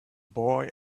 boy